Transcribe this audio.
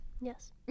Yes